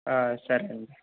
సరేనండి